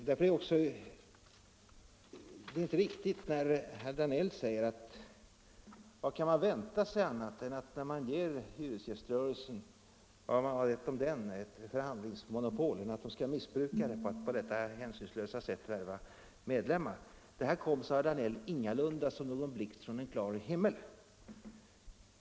Därför är det inte heller riktigt när herr Danell säger: Kan man vänta sig något annat när man ger hyresgäströrelsen ett förhandlingsmonopol än att den skall missbruka det för att på detta hänsynslösa sätt värva medlemmar? Det här kom, sade herr Danell, ingalunda som en blixt från en klar himmel.